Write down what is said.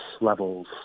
levels